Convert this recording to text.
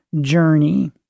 journey